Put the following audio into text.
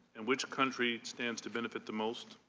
and which country stands to benefit the most,